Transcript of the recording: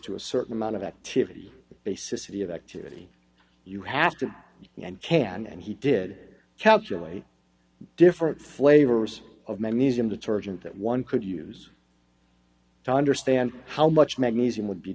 to a certain amount of activity based society of activity you have to and can and he did calculate different flavors of magnesium detergent that one could use to understand how much magnesium would be